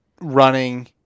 running